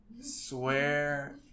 swear